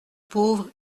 pauvre